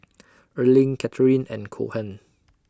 Erling Katheryn and Cohen